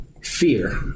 fear